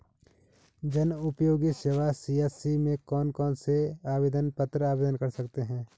जनउपयोगी सेवा सी.एस.सी में कौन कौनसे आवेदन पत्र आवेदन कर सकते हैं?